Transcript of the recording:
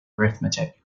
arithmetic